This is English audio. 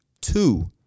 Two